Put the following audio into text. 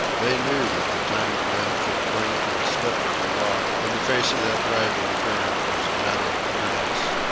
they knew that the time a man could cling to a slippery rock in the face of that driving current was a matter of minutes,